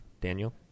Daniel